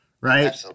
right